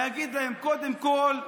הם תמכו בתקציב הביטחון.